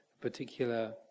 particular